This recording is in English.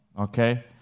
Okay